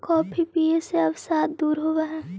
coffee पीये से अवसाद दूर होब हई